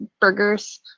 burgers